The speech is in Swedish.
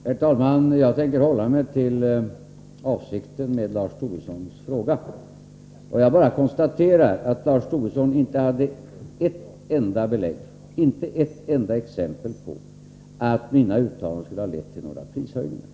Herr talman! Jag tänker hålla mig till vad som avsågs i Lars Tobissons fråga. Jag konstaterar bara att Lars Tobisson inte hade ett enda belägg för eller ett enda exempel på att mina uttalanden skulle ha lett till några prishöjningar.